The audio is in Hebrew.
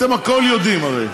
אתם הכול יודעים, הרי.